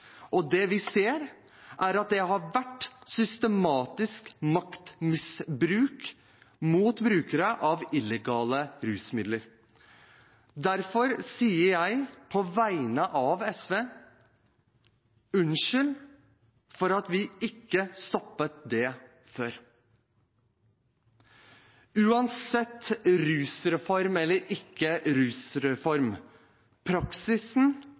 og det vi ser, er at det har vært systematisk maktmisbruk mot brukere av illegale rusmidler. Derfor sier jeg, på vegne av SV, unnskyld for at vi ikke stoppet det før. Uansett rusreform eller ikke rusreform – praksisen